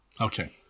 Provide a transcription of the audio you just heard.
Okay